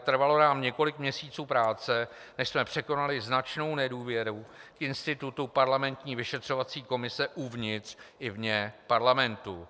Trvalo nám několik měsíců práce, než jsme překonali značnou nedůvěru k institutu parlamentní vyšetřovací komise uvnitř i vně parlamentu.